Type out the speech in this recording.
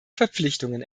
verpflichtungen